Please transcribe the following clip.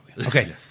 Okay